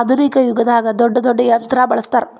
ಆದುನಿಕ ಯುಗದಾಗ ದೊಡ್ಡ ದೊಡ್ಡ ಯಂತ್ರಾ ಬಳಸ್ತಾರ